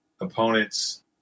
opponent's